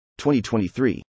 2023